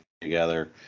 together